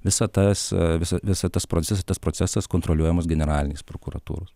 visa tas visa visa tas procesas tas procesas kontroliuojamas generalinės prokuratūros